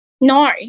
no